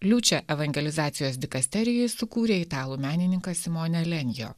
liučią evangelizacijos dikasterijai sukūrė italų menininkas simone lenjo